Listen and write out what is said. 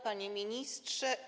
Panie Ministrze!